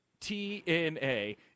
TNA